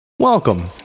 Welcome